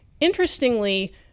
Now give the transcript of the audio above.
Interestingly